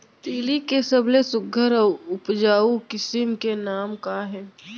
तिलि के सबले सुघ्घर अऊ उपजाऊ किसिम के नाम का हे?